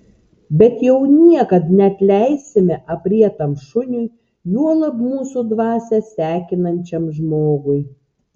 bet jau niekad neatleisime aprietam šuniui juolab mūsų dvasią sekinančiam žmogui